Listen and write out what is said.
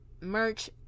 merch